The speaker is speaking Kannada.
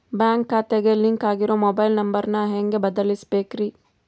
ಬ್ಯಾಂಕ್ ಖಾತೆಗೆ ಲಿಂಕ್ ಆಗಿರೋ ಮೊಬೈಲ್ ನಂಬರ್ ನ ಹೆಂಗ್ ಬದಲಿಸಬೇಕ್ರಿ?